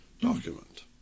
document